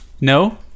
No